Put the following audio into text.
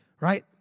Right